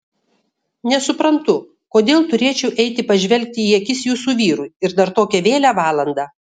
nesuprantu kodėl turėčiau eiti pažvelgti į akis jūsų vyrui ir dar tokią vėlią valandą